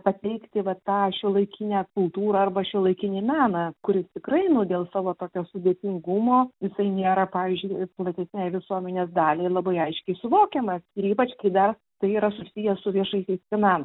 pateikti va tą šiuolaikinę kultūrą arba šiuolaikinį meną kuris tikrai nu dėl savo tokio sudėtingumo jisai nėra pavyzdžiui platesnei visuomenės daliai labai aiškiai suvokiamas ir ypač kai dar tai yra susiję su viešaisiais finan